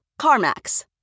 CarMax